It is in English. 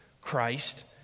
Christ